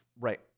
Right